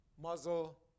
Muzzle